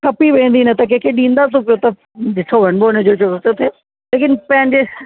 खपी वेंदी न त कंहिंखे ॾींदसि उहो त ॾिठो वञिबो हुनजो जो तो थिए लेकिनि पंहिंजे